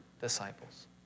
disciples